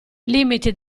limiti